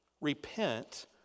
Repent